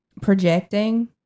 projecting